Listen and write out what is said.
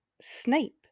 Snape